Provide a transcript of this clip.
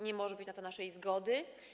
Nie może być na to naszej zgody.